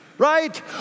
right